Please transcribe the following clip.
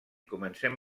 comencem